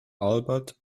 albert